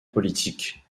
politique